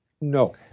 No